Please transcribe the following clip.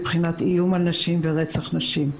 מבחינת איום הנשים ורצח נשים.